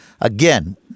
Again